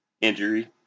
injury